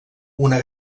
una